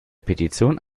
petition